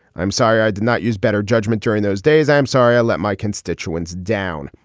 i'm sorry i did not use better judgment during those days i'm sorry i let my constituents down.